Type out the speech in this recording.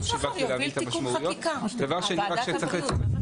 שינון מחר יוביל תיקון חקיקה, בוועדת הבריאות.